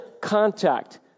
contact